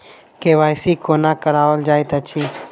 KYC कोना कराओल जाइत अछि?